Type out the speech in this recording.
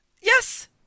Yes